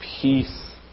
peace